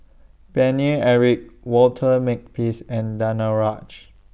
Paine Eric Walter Makepeace and Danaraj